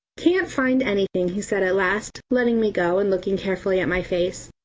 can't find anything, he said at last, letting me go and looking carefully at my face.